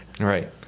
right